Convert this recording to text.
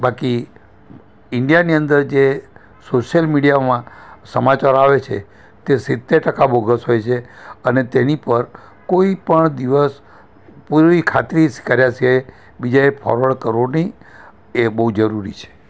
બાકી ઈન્ડિયાની અંદર જે સોશિયલ મીડિયામાં સમાચારો આવે છે તે સિત્તેર ટકા બોગસ હોય છે અને તેની પર કોઈ પણ દિવસ પૂરી ખાતરી કર્યા સિવાય બીજાએ ફોરવર્ડ કરવો નહીં એ બહુ જરૂરી છે